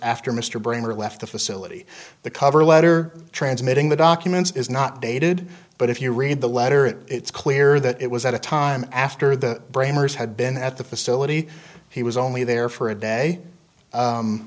after mr bremer left the facility the cover letter transmitting the documents is not dated but if you read the letter it it's clear that it was at a time after the brainers had been at the facility he was only there for a day